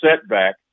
setback